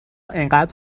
انقدر